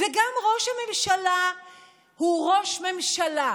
וגם ראש ממשלה הוא ראש ממשלה,